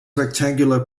rectangular